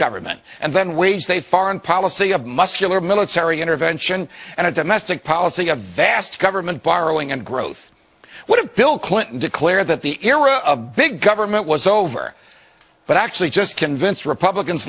government and then waged a foreign policy of muscular military intervention and a domestic policy a vast government borrowing and growth what if bill clinton declared that the era of big government was over but actually just convince republicans